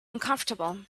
uncomfortable